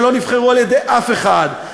שלא נבחרו על-ידי אף אחד,